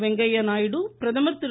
வெங்கையா நாயுடு பிரதமர் திரு